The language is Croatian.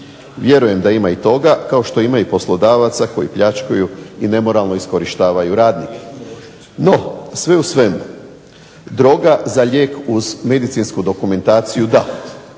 Vjerujem da ima i toga kao što ima i poslodavaca koji pljačkaju i nemoralno iskorištavaju radnike. No, sve u svemu droga za lijek uz medicinsku dokumentaciju da,